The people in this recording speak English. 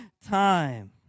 time